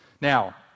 Now